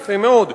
יפה מאוד.